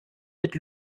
mit